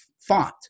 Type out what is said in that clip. font